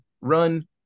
run